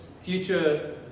future